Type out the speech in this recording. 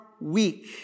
weak